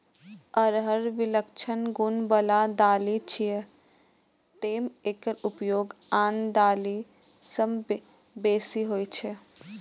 अरहर विलक्षण गुण बला दालि छियै, तें एकर उपयोग आन दालि सं बेसी होइ छै